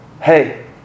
hey